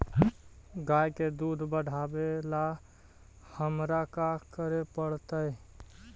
गाय के दुध बढ़ावेला हमरा का करे पड़तई?